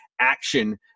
action